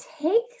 take